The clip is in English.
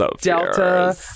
Delta